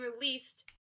released